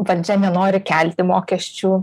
valdžia nenori kelti mokesčių